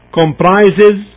comprises